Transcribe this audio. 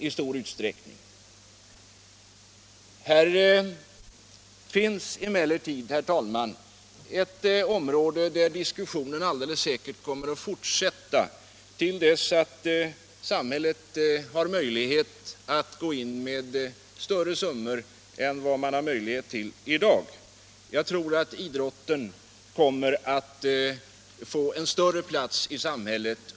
Här har vi emellertid, herr talman, ett område där diskussionen alldeles säkert kommer att fortsätta till dess att samhället har möjlighet att gå in med större summor än i dag. Jag tror att idrotten kommer att få en ännu viktigare plats i samhället.